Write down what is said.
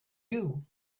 you